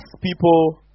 people